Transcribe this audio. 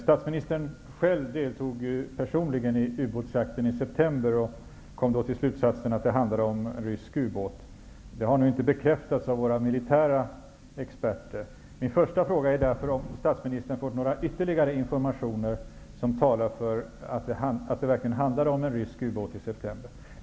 Statsministern deltog ju personligen i ubåtsjakten i september och kom till slutsatsen att det handlade om en rysk ubåt. Detta har nu inte bekräftats av våra militära experter. Min första fråga är därför om statsministern har fått några ytterligare informationer som talar för att det i september verkligen handlade om en rysk ubåt.